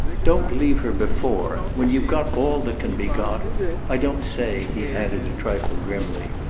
don't leave her before. when you've got all that can be got i don't say, he added a trifle grimly.